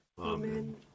Amen